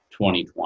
2020